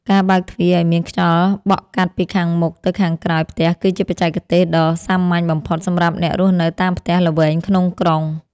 ការបើកទ្វារឱ្យមានខ្យល់បក់កាត់ពីខាងមុខទៅខាងក្រោយផ្ទះគឺជាបច្ចេកទេសដ៏សាមញ្ញបំផុតសម្រាប់អ្នករស់នៅតាមផ្ទះល្វែងក្នុងក្រុង។